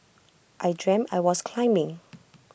I dreamt I was climbing